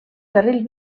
carril